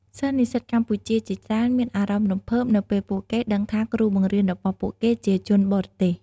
សិស្សនិស្សិតកម្ពុជាជាច្រើនមានអារម្មណ៍រំភើបនៅពេលពួកគេដឹងថាគ្រូបង្រៀនរបស់ពួកគេជាជនបរទេស។